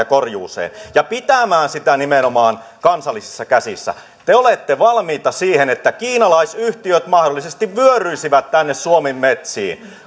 korjuuseen ja pitämään sitä nimenomaan kansallisissa käsissä te olette valmiita siihen että kiinalaisyhtiöt mahdollisesti vyöryisivät tänne suomen metsiin